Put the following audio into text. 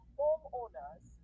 homeowners